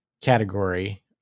category